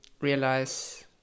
realize